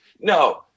no